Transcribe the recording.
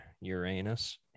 Uranus